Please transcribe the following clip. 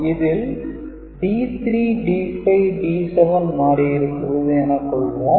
இதில் D3 D5 D7 மாறியிருக்கிறது எனக் கொள்வோம்